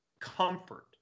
comfort